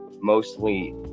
mostly